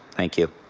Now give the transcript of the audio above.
thank you.